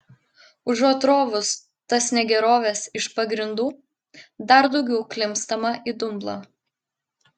užuot rovus tas negeroves iš pagrindų dar daugiau klimpstama į dumblą